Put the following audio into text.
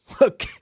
Look